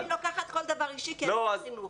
אני לוקחת כל דבר אישי כי אני משרד חינוך.